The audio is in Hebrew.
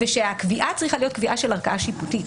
ושהקביעה צריכה להיות קביעה של ערכאה שיפוטית.